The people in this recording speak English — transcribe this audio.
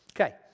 okay